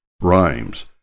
Rhymes